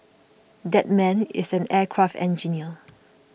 that man is an aircraft engineer